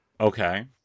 Okay